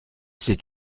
c’est